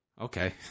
Okay